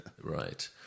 Right